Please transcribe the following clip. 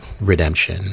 redemption